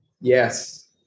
yes